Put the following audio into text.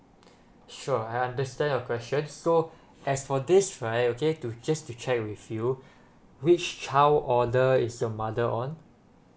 sure I understand your questions so as for this right okay to just to check with you which child order is your mother on